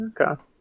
Okay